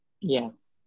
Yes